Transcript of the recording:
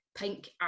Pink